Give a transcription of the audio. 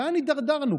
לאן הידרדרנו?